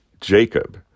Jacob